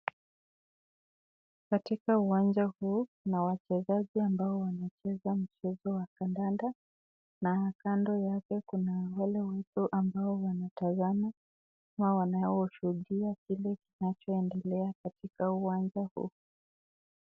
Katika uwanja huu kuna wachezaji ambao wanacheza mchezo wa kandanda na kando yake kuna wale watu ambao wanatazama, wanaoshuhudia kile kinachoendelea katika uwanja huu.